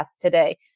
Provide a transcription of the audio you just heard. today